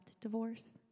divorce